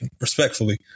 respectfully